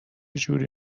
جوری